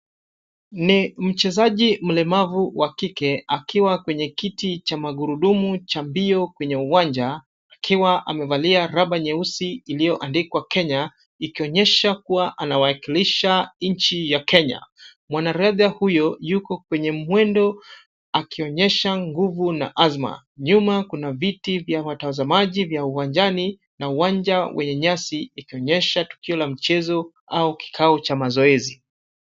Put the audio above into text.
Ni mchezaji mlemavu wa kike akiwa kwa kiti cha magurudumu cha mbio kwenye uwanja akiwa amevalia raba nyeusi iliyoandikwa Kenya, ikionyesha kubwa anawakilisha nchi ya Kenya. Mwanariadha huyo yuko kwenye mwendo akionyesha nguvu na azma. Nyuma kuna viti vya watazamaji vya uwanjani, na uwanja wenye nyasi ikionyesha tukio la michezo au kikao cha mazoezi.